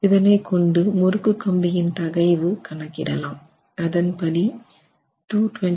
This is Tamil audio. இதனை கொண்டு முறுக்கு கம்பியின் தகைவு கணக்கிடலாம் அதன்படி 228